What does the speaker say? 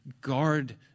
guard